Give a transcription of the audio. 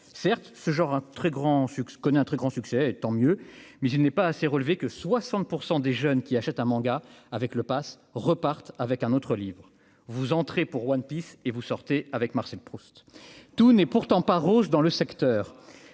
grand succès connaît un très grand succès, tant mieux, mais je n'ai pas assez relevé que 60 % des jeunes qui achètent un Manga avec le Pass repartent avec un autre livre, vous entrez pour One Peace et vous sortez avec Marcel Proust, tout n'est pourtant pas rose dans le secteur,